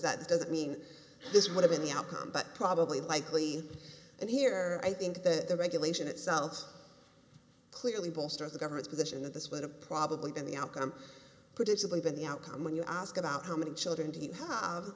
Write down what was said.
that doesn't mean this whatever the outcome but probably likely and here i think the regulation itself clearly bolster the government's position that this would have probably been the outcome predictably been the outcome when you ask about how many children do you have